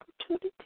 opportunity